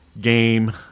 game